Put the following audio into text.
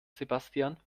sebastian